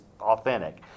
authentic